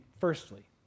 firstly